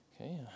Okay